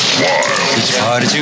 wild